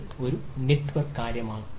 ഇത് ഒരു നെറ്റ്വർക്ക് കാര്യമാണ്